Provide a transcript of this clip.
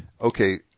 okay